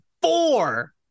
Four